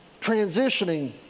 transitioning